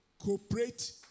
Cooperate